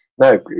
No